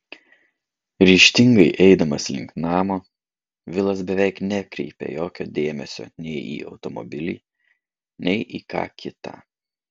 ryžtingai eidamas link namo vilas beveik nekreipia jokio dėmesio nei į automobilį nei į ką kita